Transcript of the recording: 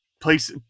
place